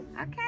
Okay